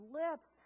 lips